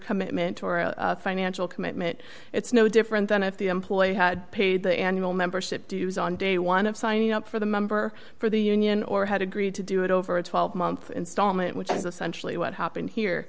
commitment or a financial commitment it's no different than if the employee had paid the annual membership dues on day one of signing up for the member for the union or had agreed to do it over a twelve month installment which is essentially what happened here